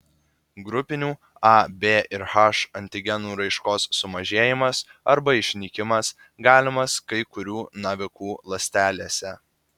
grupinių a b ir h antigenų raiškos sumažėjimas arba išnykimas galimas kai kurių navikų ląstelėse